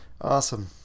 Awesome